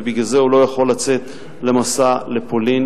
ובגלל זה הוא לא יכול לצאת למסע לפולין,